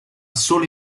solo